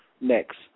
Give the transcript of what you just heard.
Next